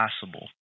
possible